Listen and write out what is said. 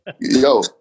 Yo